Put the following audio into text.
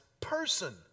person